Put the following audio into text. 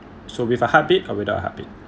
so with a heartbeat or without a heartbeat